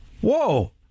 Whoa